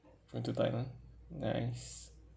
going to thailand nice